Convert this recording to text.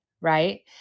right